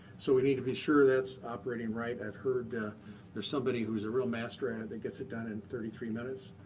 so we need to be sure that's operating right. i've heard there's somebody who's a real master at and it that gets it done in thirty three minutes.